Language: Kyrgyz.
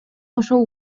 ошол